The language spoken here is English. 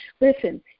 Listen